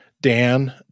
Dan